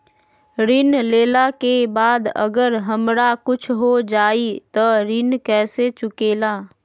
ऋण लेला के बाद अगर हमरा कुछ हो जाइ त ऋण कैसे चुकेला?